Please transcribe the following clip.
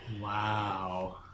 Wow